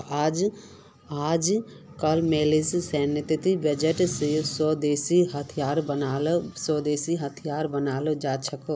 अजकामलेर सैन्य बजट स स्वदेशी हथियारो बनाल जा छेक